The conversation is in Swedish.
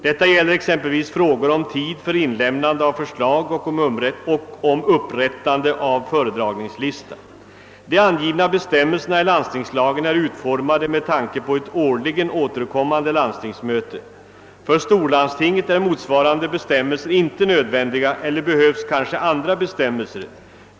Detta gäller exempelvis frågor om tid för inlämnande av förslag och om upprättande av föredragningslista. De angivna bestämmelserna i landstingslagen är utformade med tanke på ett årligen återkommande <landstingsmöte. För storlandstinget är motsvarande bestämmelser inte nödvändiga eller behövs kanske andra bestämmelser.